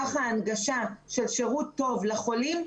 כך ההנגשה של שירות טוב לחולים תרד.